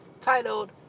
titled